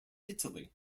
italy